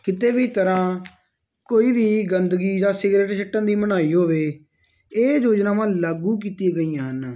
ਕਿਤੇ ਵੀ ਤਰ੍ਹਾਂ ਕੋਈ ਵੀ ਗੰਦਗੀ ਜਾਂ ਸਿਗਰੇਟ ਸਿੱਟਣ ਦੀ ਮਨਾਹੀ ਹੋਵੇ ਇਹ ਯੋਜਨਾਵਾਂ ਲਾਗੂ ਕੀਤੀਆਂ ਗਈਆਂ ਹਨ